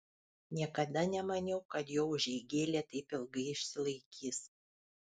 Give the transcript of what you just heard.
niekada nemaniau kad jo užeigėlė taip ilgai išsilaikys